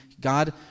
God